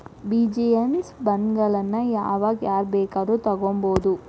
Business ಬಾಂಡ್ಗಳನ್ನ ಯಾವಾಗ್ ಯಾರ್ ಬೇಕಾದ್ರು ತಗೊಬೊದು?